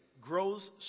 grows